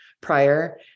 prior